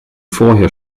vorher